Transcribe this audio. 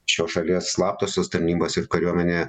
šios šalies slaptosios tarnybos ir kariuomenė